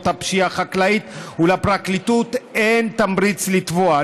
הפשיעה החקלאית ולפרקליטות אין תמריץ לתבוע.